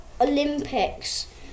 Olympics